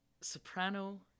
soprano